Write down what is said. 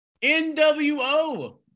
NWO